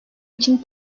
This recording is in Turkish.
için